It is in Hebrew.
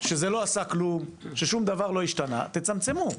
שזה לא עשה כלום, ששום דבר לא השתנה, אז תצמצמו,